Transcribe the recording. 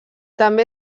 també